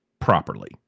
properly